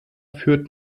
führt